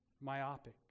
myopic